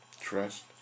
trust